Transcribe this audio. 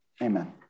Amen